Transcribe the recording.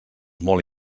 molt